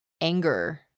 anger